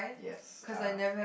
yes uh